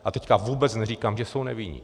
A teď vůbec neříkám, že jsou nevinní.